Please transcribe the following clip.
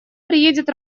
приедет